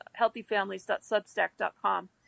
healthyfamilies.substack.com